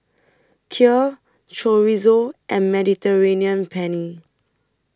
Kheer Chorizo and Mediterranean Penne